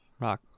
rock